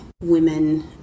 women